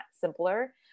simpler